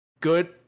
good